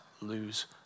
lose